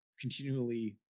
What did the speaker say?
continually